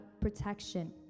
protection